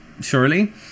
surely